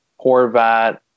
Horvat